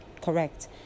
correct